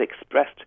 expressed